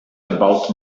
about